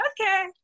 okay